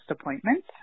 appointment